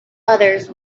others